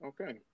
Okay